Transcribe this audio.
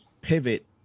pivot